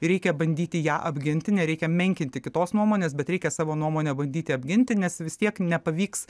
reikia bandyti ją apginti nereikia menkinti kitos nuomonės bet reikia savo nuomonę bandyti apginti nes vis tiek nepavyks